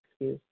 excuse